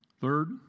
Third